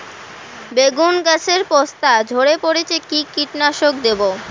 বেগুন গাছের পস্তা ঝরে পড়ছে কি কীটনাশক দেব?